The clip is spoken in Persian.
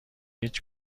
هیچ